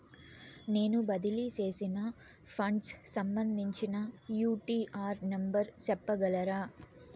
నేను బదిలీ సేసిన ఫండ్స్ సంబంధించిన యూ.టీ.ఆర్ నెంబర్ సెప్పగలరా